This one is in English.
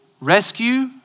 rescue